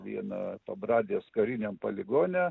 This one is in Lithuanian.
vieną pabradės kariniam poligone